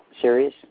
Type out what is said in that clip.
series